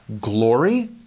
glory